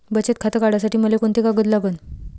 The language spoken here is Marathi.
बचत खातं काढासाठी मले कोंते कागद लागन?